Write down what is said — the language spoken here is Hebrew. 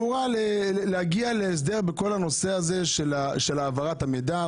הוא ראה להגיע להסדר בכל הנושא הזה של העברת המידע,